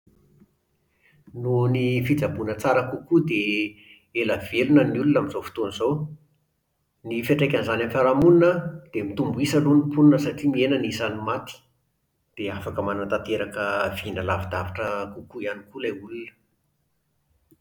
Noho ny fitsaboana tsara kokoa dia ela velona ny olona amin'izao fotoana izao. Ny fiantraikan'izany amin'ny fiarahamonina an dia mitombo isa aloha ny mponina satria mihena ny isan'ny maty. Dia afaka manatanteraka vina lavidavitra kokoa ihany koa ilay olona